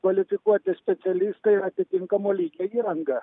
kvalifikuoti specialistai atitinkamo lygio įranga